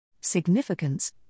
Significance